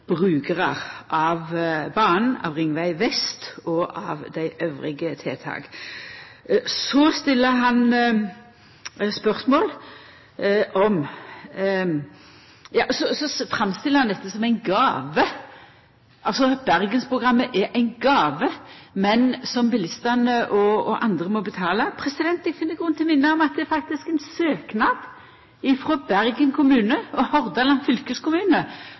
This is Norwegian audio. brukarar av banen, av Ringveg vest og av tiltaka elles. Så framstiller han dette som ei gåve – altså som om Bergensprogrammet er ei gåve, men som bilistane og andre må betala. Eg finn grunn til å minna om at det faktisk er ein søknad frå Bergen kommune og Hordaland fylkeskommune